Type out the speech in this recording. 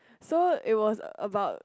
so it was about